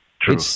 True